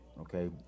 okay